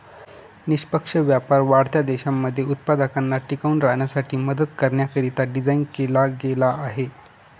निष्पक्ष व्यापार वाढत्या देशांमध्ये उत्पादकांना टिकून राहण्यासाठी मदत करण्याकरिता डिझाईन केला गेला आहे